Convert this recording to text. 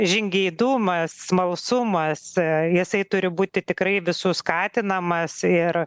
žingeidumas smalsumas jisai turi būti tikrai visų skatinamas ir